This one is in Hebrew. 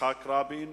יצחק רבין,